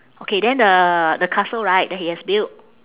okay then the the castle right that he has built